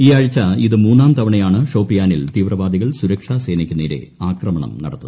ഈ ആഴ്ച ഇത് മൂന്നാം തവണയാണ് ഷോപ്പിയാനിൽ തീവ്രവാദികൾ സുരക്ഷാസ്സ്നുയ്ക്കുനേരെ ആക്രമണം നടത്തുന്നത്